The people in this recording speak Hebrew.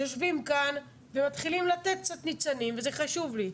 יושבים כאן ומתחילים לתת קצת ניצנים וזה חשוב לי.